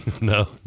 No